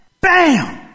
bam